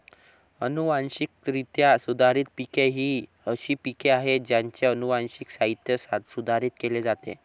अनुवांशिकरित्या सुधारित पिके ही अशी पिके आहेत ज्यांचे अनुवांशिक साहित्य सुधारित केले जाते